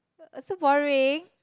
uh so boring